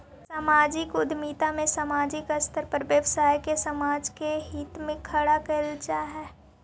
सामाजिक उद्यमिता में सामाजिक स्तर पर व्यवसाय के समाज के हित में खड़ा कईल जा हई